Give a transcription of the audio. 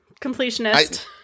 Completionist